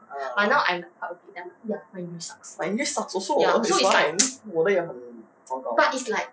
uh my english sucks also so it's fine 我们也很糟糕